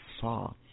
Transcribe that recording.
saw